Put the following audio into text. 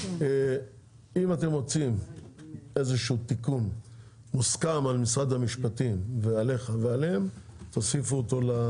אם איזשהו תיקון מוסכם על משרד המשפטים ועליך ועליהם תוסיפו אותו.